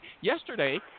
Yesterday